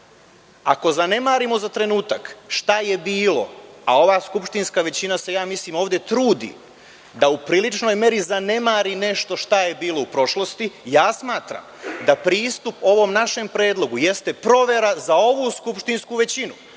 ako zanemarimo za trenutak šta je bilo, a ova skupštinska većina se ovde trudi da u priličnoj meri zanemari nešto šta je bilo u prošlosti, smatram da pristup ovom našem predlogu jeste provera za ovu skupštinsku većinu.